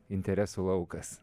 interesų laukas